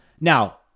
Now